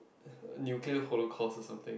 you get holocaust or something